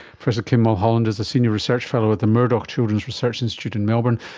professor kim mulholland is a senior research fellow at the murdoch children's research institute in melbourne,